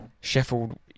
Sheffield